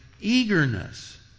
eagerness